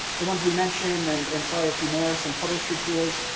the ones we mentioned and and probably a few more, some publisher tools.